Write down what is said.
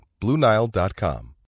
BlueNile.com